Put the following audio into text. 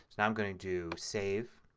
now i'm going to do save